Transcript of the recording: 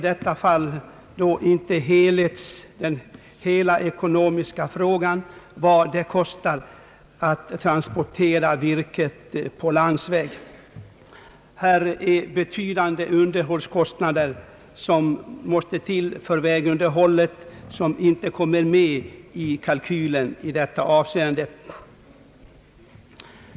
Man måste nämligen också räkna med vad det kostar att transportera virket på landsväg. Det allmänna får vidkännas betydande kostnader för vägunderhållet, och dessa utgifter måste tas med i kalkylen.